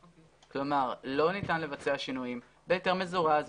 לא ניתן לבצע שינויים בהיתר מזורז,